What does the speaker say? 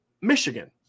Michigan